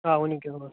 آ ؤنو کیاہ چھُ ضرورت